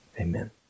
amen